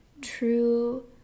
true